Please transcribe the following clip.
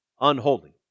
Unholy